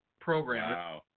program